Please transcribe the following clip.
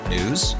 News